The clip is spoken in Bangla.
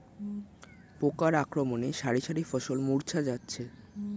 পোকার আক্রমণে শারি শারি ফসল মূর্ছা যাচ্ছে